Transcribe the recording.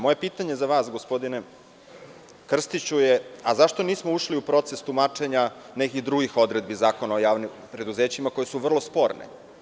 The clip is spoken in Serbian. Moje pitanje za vas, gospodine Krstiću – zašto nismo ušli u proces tumačenja nekih drugih odredbi Zakona o javnim preduzećima koje su vrlo sporne?